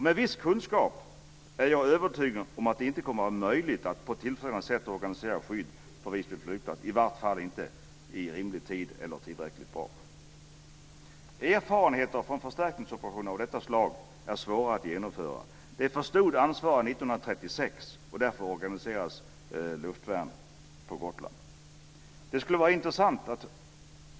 Med viss kunskap är jag övertygad om att det inte kommer att vara möjligt att på ett tillfredsställande sätt organisera skydd på Visby flygplats, i vart fall inte i rimlig tid eller tillräckligt bra. Erfarenheter från förstärkningsoperationer av detta slag är svåra att genomföra. Detta förstod ansvariga 1936 och organiserade därför luftvärn på Gotland.